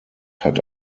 hat